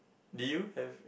do you have